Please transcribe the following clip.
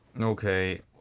okay